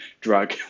drug